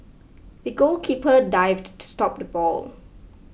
the goalkeeper dived to stop the ball